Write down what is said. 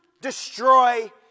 destroy